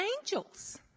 angels